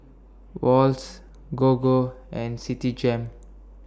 Wall's Gogo and Citigem